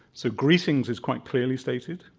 so, greetings is quite clearly stated.